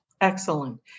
Excellent